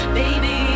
baby